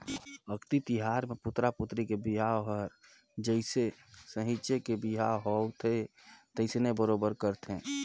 अक्ती तिहार मे पुतरा पुतरी के बिहाव हर जइसे सहिंच के बिहा होवथे तइसने बरोबर करथे